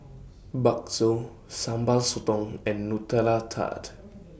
Bakso Sambal Sotong and Nutella Tart